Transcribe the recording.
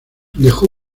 dejó